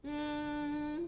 mm